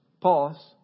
Pause